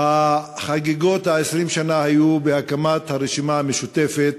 חגיגות 20 השנה הייתה הקמת הרשימה המשותפת,